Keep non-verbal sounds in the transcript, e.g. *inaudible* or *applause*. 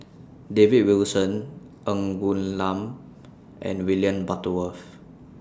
*noise* David Wilson Ng Woon Lam and William Butterworth